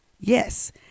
yes